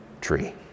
tree